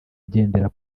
igendera